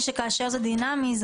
כאשר זה דינמי,